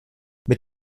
mit